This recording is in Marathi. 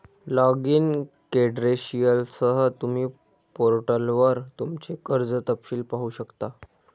लॉगिन क्रेडेंशियलसह, तुम्ही पोर्टलवर तुमचे कर्ज तपशील पाहू शकता